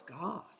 God